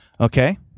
Okay